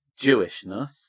Jewishness